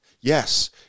Yes